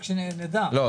לא.